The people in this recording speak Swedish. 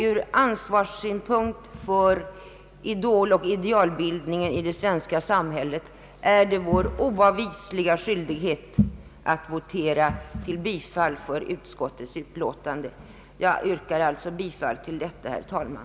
Ur ansvarssynpunkt mot idoloch idealbildningen i det svenska samhället är det vår oavvisliga skyldighet att votera för bifall till utskottets hemställan. Jag yrkar alltså, herr talman, bifall till utskottets hemställan.